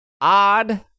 odd